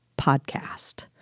podcast